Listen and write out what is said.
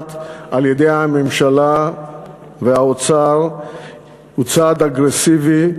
מתבצעת על-ידי הממשלה והאוצר היא צעד אגרסיבי,